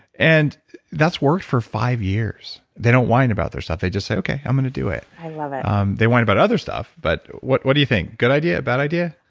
and that's worked for five years. they don't whine about their stuff, they just say, okay, i'm going to do it. i love it um they whine about other stuff, but. what what do you think? good idea? bad idea?